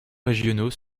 régionaux